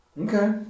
Okay